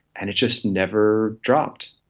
and it just never dropped.